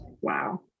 wow